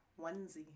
onesie